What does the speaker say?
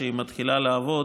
כשהיא מתחילה לעבוד,